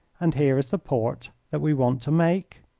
and here is the port that we want to make,